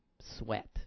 sweat